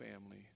family